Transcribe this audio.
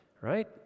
right